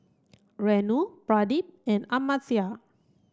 Renu Pradip and Amartya